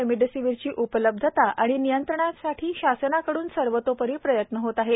रेमडिसिविरच्या उपलब्धता व नियंत्रणासाठी शासनाकड्रन सर्वतोपरी प्रयत्न होत आहेत